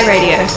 Radio